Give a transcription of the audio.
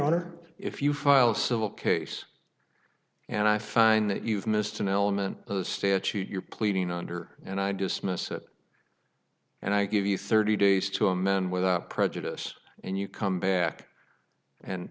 honor if you file a civil case and i find that you've missed an element of the statute you're pleading under and i dismiss it and i give you thirty days to a man without prejudice and you come back and